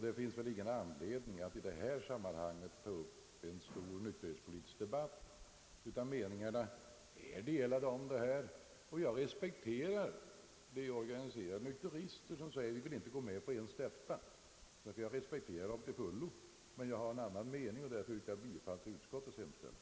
Då finns väl ingen anledning att i detta sammanhang ta upp en stor nykterhetspolitisk debatt. Meningarna är delade i denna fråga. Jag respekterar till fullo de organiserade nykterister som säger att de inte vill gå med ens på detta. Men jag har en annan mening, och därför yrkar jag bifall till utskottets hemställan.